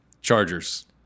Chargers